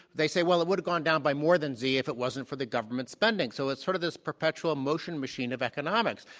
they say, well, it would have gone down by more than z if it wasn't for the government spending. so it's sort of this perpetual motion machine of economics.